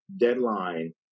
deadline